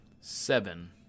Seven